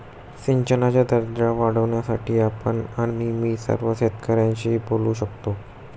सिंचनाचा दर्जा वाढवण्यासाठी आपण आणि मी सर्व शेतकऱ्यांशी बोलू शकतो